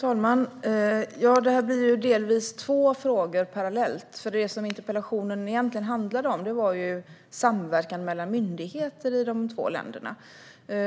Herr talman! Det blir delvis två frågor parallellt. Interpellationen handlade egentligen om samverkan mellan myndigheter i de två länderna.